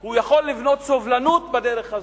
הוא יכול לבנות סובלנות בדרך הזאת.